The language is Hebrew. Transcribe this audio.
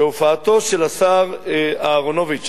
בהופעתו של השר אהרונוביץ,